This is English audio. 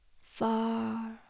far